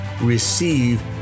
receive